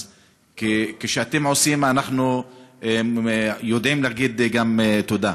אז כשאתם עושים, אנחנו יודעים להגיד גם תודה.